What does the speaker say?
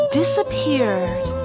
disappeared